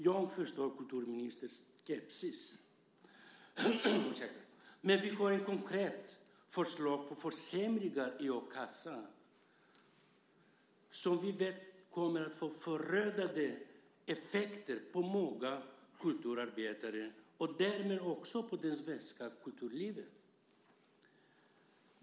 Jag förstår kulturministerns skepsis, men vi har ett konkret förslag på försämringar i a-kassan som vi vet kommer att få förödande effekter för många kulturarbetare och därmed också för det svenska kulturlivet.